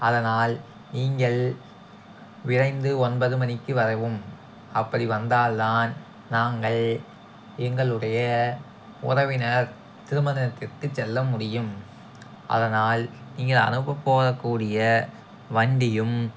அதனால் நீங்கள் விரைந்து ஒன்பது மணிக்கு வரவும் அப்படி வந்தால்தான் நாங்கள் எங்களுடைய உறவினர் திருமணத்திற்கு செல்ல முடியும் அதனால் நீங்கள் அனுப்ப போறக்கூடிய வண்டியும்